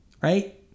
Right